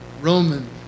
Roman